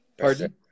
Pardon